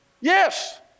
Yes